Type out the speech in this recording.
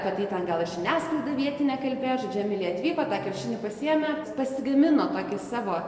kad tai ten gal ir žiniasklaida vietinė kalbėjo žodžiu emilija atvyko tą kiaušinį pasiėmė pasigamino tokį savo